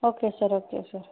okay sir okay sir